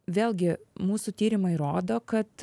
vėlgi mūsų tyrimai rodo kad